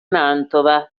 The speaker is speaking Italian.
mantova